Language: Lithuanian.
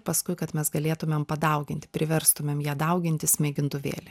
paskui kad mes galėtumėm padauginti priverstumėm ją daugintis mėgintuvėly